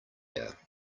air